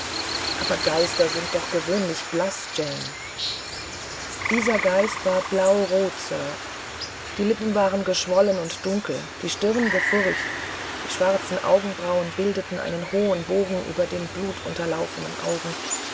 aber geister sind doch gewöhnlich blaß jane dieser geist war aber blaurot sir die lippen waren geschwollen und dunkel die stirn gefurcht die schwarzen augenbrauen bildeten einen hohen bogen über den blutunterlaufenen augen